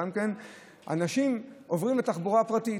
אנשים עוברים לתחבורה פרטית?